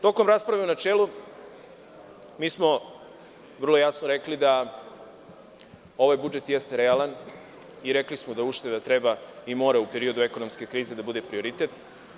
Tokom rasprave u načelu mi smo vrlo jasno rekli da ovaj budžet jeste realan i rekli smo da ušteda treba i mora u periodu ekonomske krize da bude prioritet.